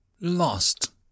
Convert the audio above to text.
Lost